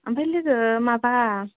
ओमफ्राय लोगो माबा